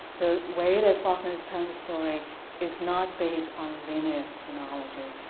the way that faulkner is telling the story is not based on linear chronology,